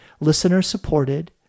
listener-supported